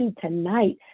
tonight